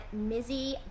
Mizzy